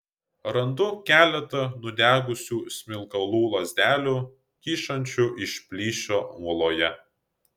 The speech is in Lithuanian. randu keletą nudegusių smilkalų lazdelių kyšančių iš plyšio uoloje